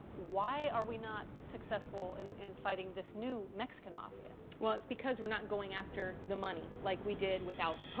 why are we not successful in and and fighting this new mexican mafia? well, that's because we're not going after the money like we did with al capone.